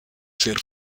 ser